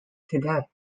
today